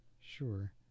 sure